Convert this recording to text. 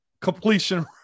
Completion